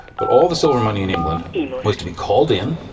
but all the silver money in england was to be called in,